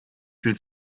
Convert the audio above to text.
viel